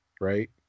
right